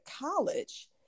college